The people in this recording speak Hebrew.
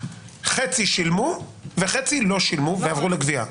חצי שילמו וחצי לא שילמו ועברו לגבייה.